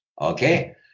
Okay